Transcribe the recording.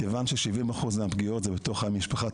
מכיוון ש-70% מהפגיעות זה בתוך המשפחה.